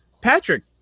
Patrick